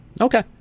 Okay